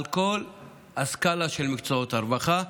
על כל הסקאלה של מקצועות הרווחה.